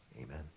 Amen